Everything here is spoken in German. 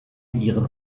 ihren